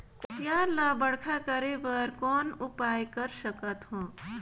कुसियार ल बड़खा करे बर कौन उपाय कर सकथव?